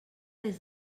des